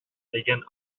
сөйгән